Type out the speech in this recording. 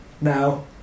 now